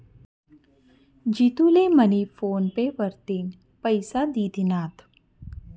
जितू ले मनी PhonePe वरतीन पैसा दि दिनात